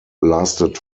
lasted